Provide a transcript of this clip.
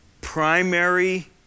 primary